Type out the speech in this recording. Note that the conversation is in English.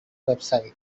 website